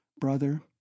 Brother